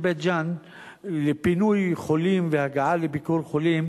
בית-ג'ן לפינוי חולים והגעה לביקור חולים,